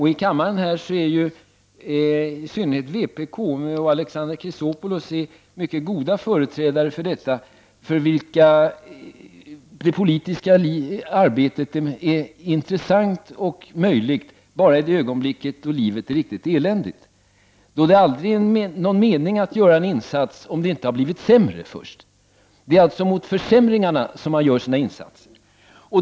I kammaren är i synnerhet vpk och Alexander Chrisopoulos mycket goda företrädare för dem som finner det politiska arbetet intressant och möjligt bara i de ögonblick då livet är riktigt eländigt. Det är inte någon mening med att göra en insats om det inte har blivit sämre först. Det är alltså mot försämringarna man gör sina insatser.